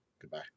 Goodbye